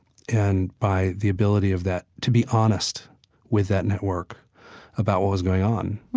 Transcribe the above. and by the ability of that, to be honest with that network about what was going on.